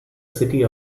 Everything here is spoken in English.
city